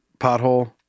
pothole